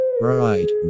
Right